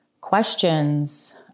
questions